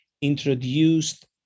introduced